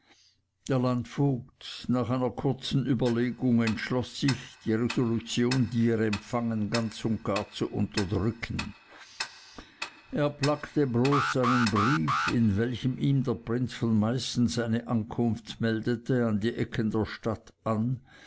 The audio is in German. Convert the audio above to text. der landvogt nach einer kurzen überlegung entschloß sich die resolution die er empfangen ganz und gar zu unterdrücken er plackte bloß einen brief in welchem ihm der prinz von meißen seine ankunft meldete an die ecken der stadt an